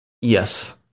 Yes